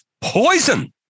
poison